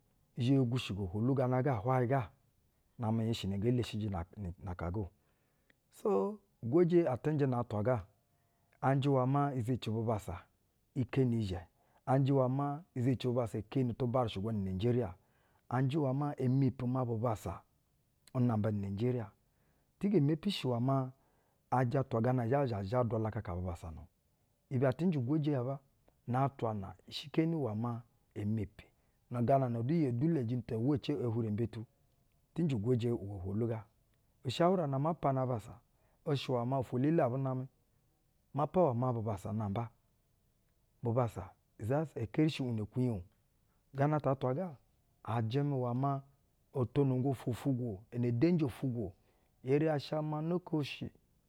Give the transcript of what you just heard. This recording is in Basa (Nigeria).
Zhɛ gwushigo ohwolu gana ga hwayɛ ga na-amɛ uhiɛŋshɛ na nge leshiji na, ni, na aka ga o. nu gana ata, ugwoje, atɛ njɛ na-atwa ga. Anjɛ iwɛ maa izeci bubassa keeni tu barɛshɛ gwa ni nayijeriya. Anjɛ iwɛ maa, e mepi maa bubassa unamba ni nayijeriya. Ti ge mepi shi iwɛ maa, ‘yijɛ atwa gana zha zhɛjɛ zha dwalakaka bubassa na. Ibɛ atɛ njɛ ugwojɛ ya aba na atwa na shekini iwɛ maa e mepi nu gana na du yee suleji ta uwa ci ehwurembe tu tɛ njɛ ugwoje iwɛ ohwolu ga. Ushawura na ama pana abassa, ushɛ iwɛ maa, ofwo-elele na abu namɛ, mapa iwɛ maa bubassa namba bubassa izasa, e keri shi bu ne ekwunyi o. gana ta atwa ga, a jɛmɛ iwɛ maa o tonogo ofwo-ufwu gwo, ne edenji ofwugwo. I eri ya sha maa nekeshi.